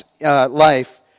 life